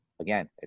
again